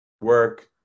work